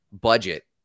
budget